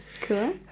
Cool